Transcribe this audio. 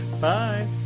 Bye